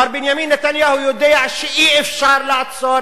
מר בנימין נתניהו יודע שאי-אפשר לעצור